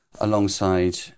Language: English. alongside